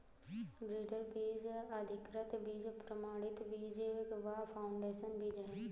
breeder बीज, अधिकृत बीज, प्रमाणित बीज व फाउंडेशन बीज है